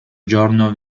giorno